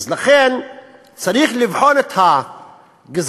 אז לכן צריך לבחון את הגזענות